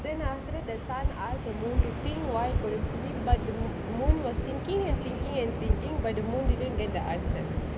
then after that the sun asked the moon to think why couldn't sleep but the moon was thinking and thinking and thinking but the moon didn't get the answer